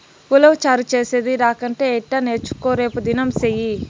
ఉలవచారు చేసేది రాకంటే ఎట్టా నేర్చుకో రేపుదినం సెయ్యి